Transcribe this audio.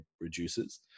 reduces